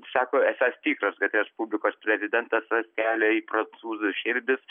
sako esąs tikras kad respublikos prezidentas ras kelią į prancūzų širdis